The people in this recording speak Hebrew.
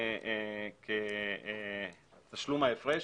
כתשלום ההפרש